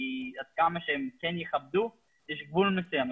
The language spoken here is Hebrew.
כי עד כמה שהם כן יכבדו יש גבול מסוים.